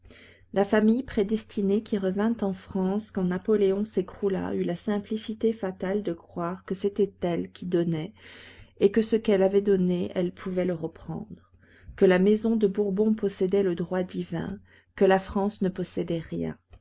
la famille prédestinée qui revint en france quand napoléon s'écroula eut la simplicité fatale de croire que c'était elle qui donnait et que ce qu'elle avait donné elle pouvait le reprendre que la maison de bourbon possédait le droit divin que la france ne possédait rien